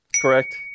Correct